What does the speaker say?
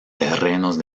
terrenos